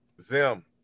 Zim